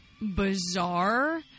bizarre